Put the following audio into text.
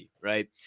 right